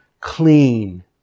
clean